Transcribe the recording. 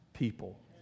people